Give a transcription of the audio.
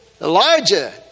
Elijah